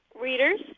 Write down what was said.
readers